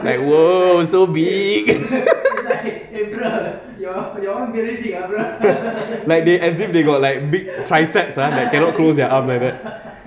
like !whoa! so big like they as if they got like big triceps ah that cannot close there arm like that